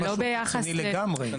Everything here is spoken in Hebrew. זה משהו רציני לגמרי.